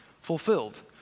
fulfilled